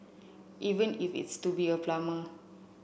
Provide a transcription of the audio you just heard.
even if it's to be a plumber